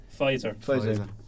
Pfizer